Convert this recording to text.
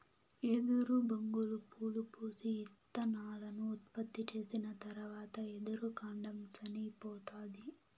ఎదురు బొంగులు పూలు పూసి, ఇత్తనాలను ఉత్పత్తి చేసిన తరవాత ఎదురు కాండం సనిపోతాది